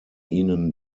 ihnen